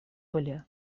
были